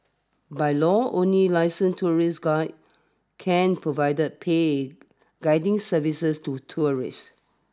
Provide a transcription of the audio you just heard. by law only licensed tourist guides can provided paid guiding services to tourists